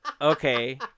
Okay